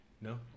No